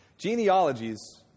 Genealogies